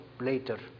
later